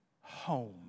home